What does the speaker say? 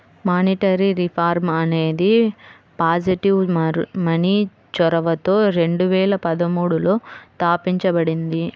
monetary reform అనేది positive money చొరవతో రెండు వేల పదమూడులో తాపించబడింది